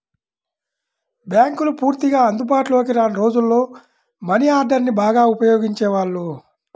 బ్యేంకులు పూర్తిగా అందుబాటులోకి రాని రోజుల్లో మనీ ఆర్డర్ని బాగా ఉపయోగించేవాళ్ళు